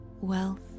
Wealth